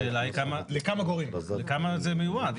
השאלה היא לכמה זה מיועד?